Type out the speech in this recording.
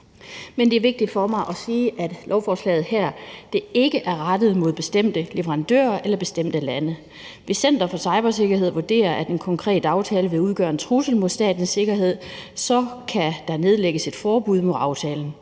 Men det er vigtigt for mig at sige, at lovforslaget her ikke er rettet mod bestemte leverandører eller bestemte lande. Hvis Center for Cybersikkerhed vurderer, at en konkret aftale vil udgøre en trussel mod statens sikkerhed, kan der nedlægges et forbud mod aftalen.